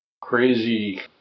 crazy